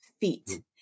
feet